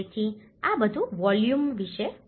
તેથી આ બધુ વોલ્યુમ વિશે છે